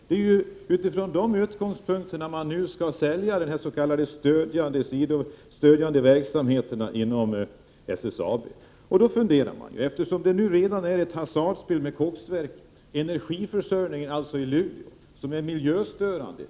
Det är med utgångspunkt i den man nu skall sälja de s.k. stödjande verksamheterna inom SSAB. Det är redan ett hasardspel vad gäller koksverket, alltså energiförsörjningen i Luleå, som är miljöstörande.